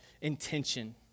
intention